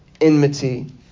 enmity